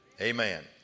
Amen